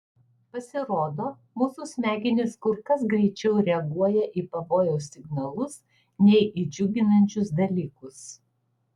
pasirodo mūsų smegenys kur kas greičiau reaguoja į pavojaus signalus nei į džiuginančius dalykus